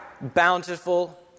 bountiful